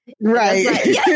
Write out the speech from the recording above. Right